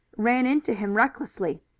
ran into him recklessly.